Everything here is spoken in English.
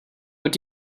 what